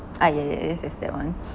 uh ye~ ye~ yes yes that one